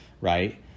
right